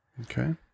Okay